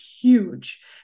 huge